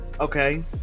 okay